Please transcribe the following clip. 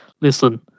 listen